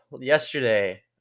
yesterday